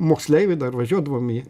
moksleiviai dar važiuodavom į